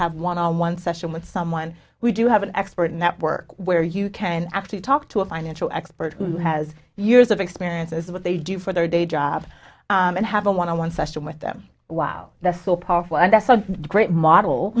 have one on one session with someone we do have an expert network where you can actually talk to a financial expert who has years of experience as what they do for their day job and have a one on one session with them wow that's so powerful and that's a great model